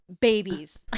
babies